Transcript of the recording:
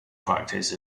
practice